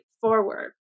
forward